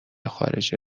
خارجه